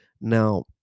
now